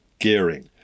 gearing